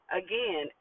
again